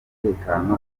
umutekano